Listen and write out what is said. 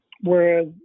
Whereas